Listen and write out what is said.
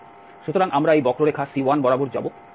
সুতরাং আমরা এই বক্ররেখা C1 বরাবর যাব যেখানে yx2